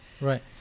right